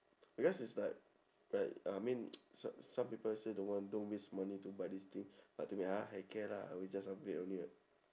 because is like like I mean so~ some people say don't want don't waste money to buy this thing but to me ah heck care lah I will just upgrade only [what]